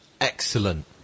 Excellent